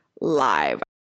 live